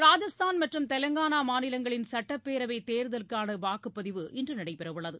ராஜஸ்தான் மற்றும் தெலுங்கானா மாநிலங்களின் சுட்டப்பேரவை தேர்தலுக்கான வாக்குப்பதிவு இன்று நடைபெறவுள்ளது